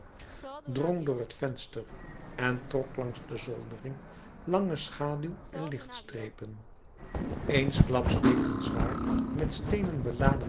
drong door het venster en trok langs de zoldering lange schaduw en lichtstrepen eensklaps deed een zwaar met steenen beladen